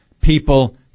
people